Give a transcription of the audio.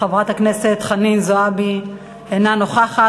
חברת הכנסת חנין זועבי, אינה נוכחת.